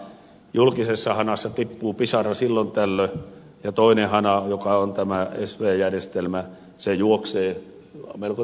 julkisessa hanassa tippuu pisara silloin tällöin ja toinen hana joka on tämä sv järjestelmä juoksee melko täysillä